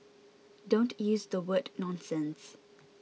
don't use the word nonsense